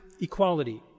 equality